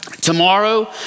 Tomorrow